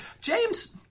James